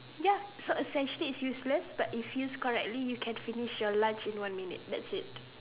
ya so essentially it's useless but used correctly you can finish your lunch in one minute that's it